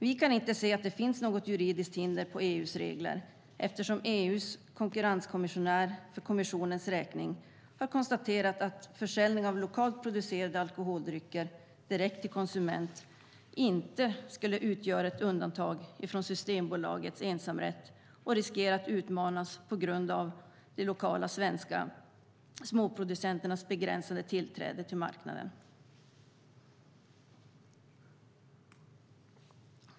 Vi kan inte se att det skulle finnas något juridiskt hinder i EU:s regler, eftersom EU:s konkurrenskommissionär för kommissionens räkning har konstaterat att försäljning av lokalt producerade alkoholdrycker direkt till konsument inte skulle utgöra ett undantag från Systembolagets ensamrätt, vilken inte skulle riskera att utmanas på grund av de lokala svenska småproducenternas begränsade tillträde till marknaden.